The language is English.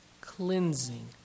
cleansing